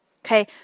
Okay